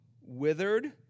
withered